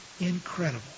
incredible